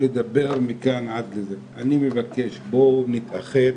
לדבר מכאן עד אני מבקש, בואו נתאחד,